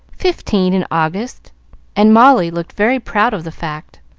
fifteen in august and molly looked very proud of the fact.